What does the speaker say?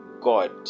God